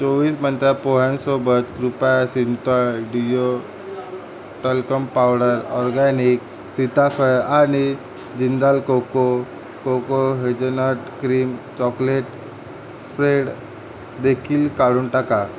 चोवीस मंत्रा पोह्यांसोबत कृपया Cinthol deo talcum powder organic सीताफळ आणि Jindal cocoa cocoa hazelnut cream chocolate स्प्रेडदेखील काढून टाका